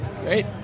Great